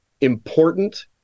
important